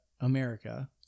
America-